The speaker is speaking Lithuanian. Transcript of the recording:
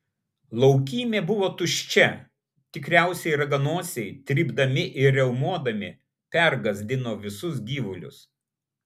laukymė buvo tuščia tikriausiai raganosiai trypdami ir riaumodami pergąsdino visus gyvulius